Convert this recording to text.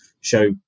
show